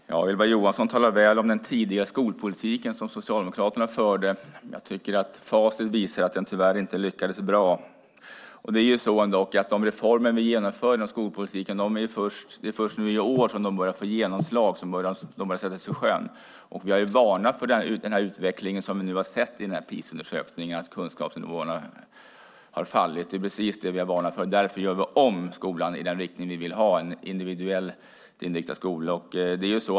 Herr talman! Ylva Johansson talar väl om den tidigare skolpolitik som Socialdemokraterna förde, men jag tycker att facit visar att den tyvärr inte lyckades så bra. Det är först nu i år de reformer vi genomför inom skolpolitiken börjar få genomslag och börjar sättas i sjön. Vi har varnat för den utveckling vi nu har sett i PISA-undersökningen, nämligen att kunskapsnivåerna har fallit. Det är precis det vi har varnat för, och därför gör vi om skolan i den riktning vi vill ha, nämligen en individuellt inriktad skola.